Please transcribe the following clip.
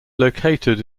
located